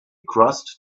crossed